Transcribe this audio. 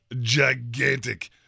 gigantic